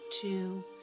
two